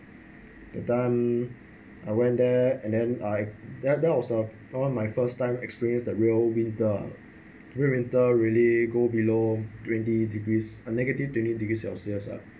that time I went there and then I then I was like my first time experience the real winter ah winter really go below twenty degrees a negative twenty degrees celsius ah